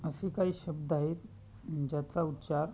असे काही शब्द आहेत ज्याचा उच्चार